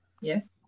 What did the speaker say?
Yes